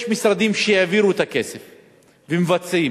יש משרדים שהעבירו את הכסף ומבצעים.